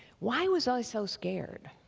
why was i so scared?